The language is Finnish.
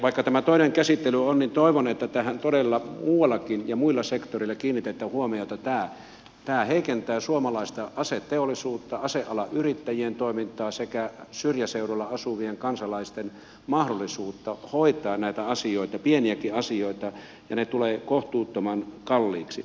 vaikka tämä toinen käsittely on niin toivon että tähän todella muuallakin ja muilla sektoreilla kiinnitetään huomiota että tämä heikentää suomalaista aseteollisuutta asealan yrittäjien toimintaa sekä syrjäseuduilla asuvien kansalaisten mahdollisuutta hoitaa näitä asioita pieniäkin asioita ja ne tulevat kohtuuttoman kalliiksi